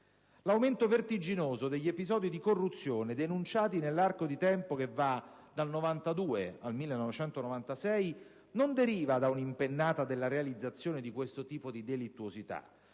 L'aumento vertiginoso degli episodi di corruzione denunciati nell'arco di tempo che va dal 1992 al 1996 non deriva da un'impennata nella realizzazione di questo tipo di delittuosità,